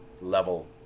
level